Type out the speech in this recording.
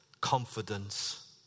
confidence